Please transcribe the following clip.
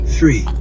Three